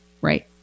right